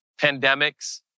pandemics